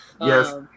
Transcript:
Yes